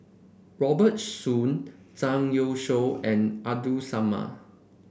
Robert Soon Zhang Youshuo and Abdul Samad